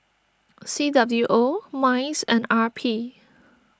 C W O Minds and R P